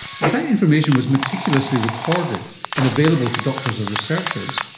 but if that information was meticulously recorded and available to doctors or researchers,